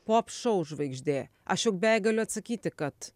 pop šou žvaigždė aš juk beveik galiu atsakyti kad